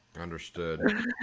Understood